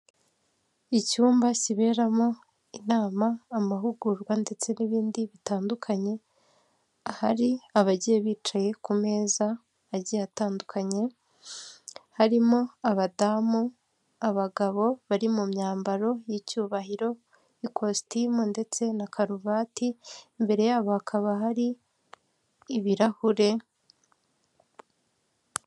Icyumba kiberamo inama, amahugurwa, ndetse n'ibindi bitandukanye. Hari abagiye bicaye ku meza agiye atandukanye, harimo abadamu n'abagabo bari mu myambaro y'icyubahiro, y'ikositimu ndetse na karuvati. Imbere yabo hakaba hari ibirahure.